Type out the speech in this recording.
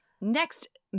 next